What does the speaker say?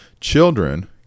children